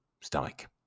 Stomach